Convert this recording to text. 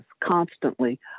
constantly